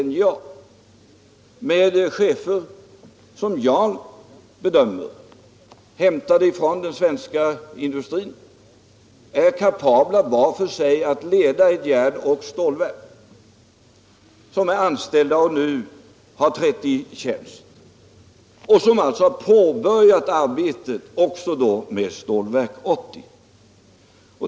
Sektionerna skall ha chefer som är hämtade från den svenska industrin och vilka, som jag bedömer det, var för sig är kapabla att leda ett järnoch stålverk. Dessa chefer har anställts och trätt i tjänst. De har alltså påbörjat arbetet, även med Stålverk 80.